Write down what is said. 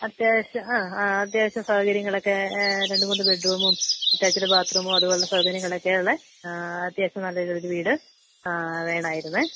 അത്യാവശ്യം ആ ആ അത്യാവശ്യം സൗകര്യങ്ങളൊക്കെ രണ്ട് മൂന്ന് ബെഡ് റൂമും അറ്റാച്ഡ് ബാത് റൂമും അതുപോലുള്ള സൗകര്യങ്ങളൊക്കെയുള്ള അത്യാവശ്യം നല്ലൊരു വീട് വേണമായിരുന്നു